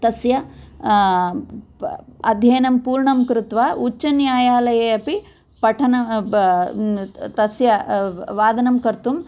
तस्य अध्ययनं पूर्णं कृत्वा उच्चन्यायालये अपि पठन तस्य वादनं कर्तुम्